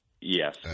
Yes